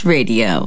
Radio